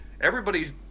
Everybody's